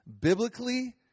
biblically